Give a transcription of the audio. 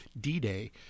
d-day